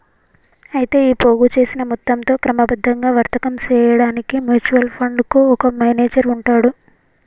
అయితే ఈ పోగు చేసిన మొత్తంతో క్రమబద్ధంగా వర్తకం చేయడానికి మ్యూచువల్ ఫండ్ కు ఒక మేనేజర్ ఉంటాడు